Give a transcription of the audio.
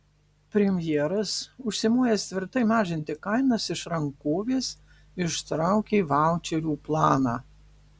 premjeras užsimojęs tvirtai mažinti kainas iš rankovės ištraukė vaučerių planą